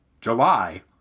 July